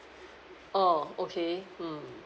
oh okay hmm